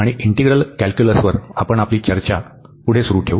आणि इंटीग्रल कॅल्क्युलसवर आपण आपली चर्चा सुरू ठेवू